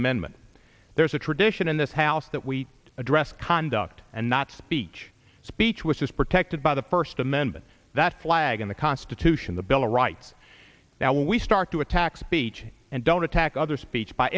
amendment there's a tradition in this house that we address conduct and not speech speech which is protected by the first amendment that flag in the constitution the bill of rights now we start to attack speech and don't attack other speech by